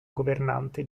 governante